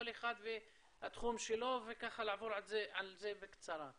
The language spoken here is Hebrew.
כל אחד והתחום שלו ולעבור על זה בקצרה.